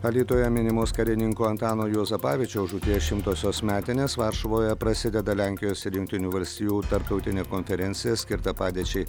alytuje minimos karininko antano juozapavičiaus žūties šimtosios metinės varšuvoje prasideda lenkijos ir jungtinių valstijų tarptautinė konferencija skirta padėčiai